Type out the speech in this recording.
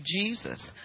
Jesus